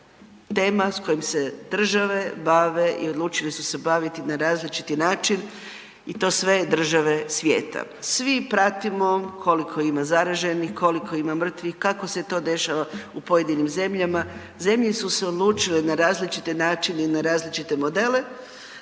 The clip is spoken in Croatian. tema s kojom se država bave i odlučile su se baviti na različiti način i to sve države svijeta. Svi pratimo koliko ima zaraženih, koliko ima mrtvih, kako se to dešava u pojedinim zemljama. Zemlje su se odlučile na različite načine i na različite modele,